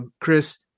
Chris